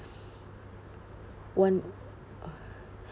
one uh